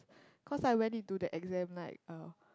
cause I went into the exam like uh